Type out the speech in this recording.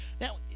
Now